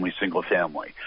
single-family